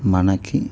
మనకి